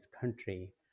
country